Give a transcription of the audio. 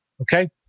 Okay